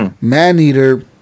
Maneater